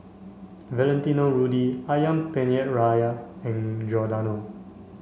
Valentino Rudy Ayam Penyet Ria and Giordano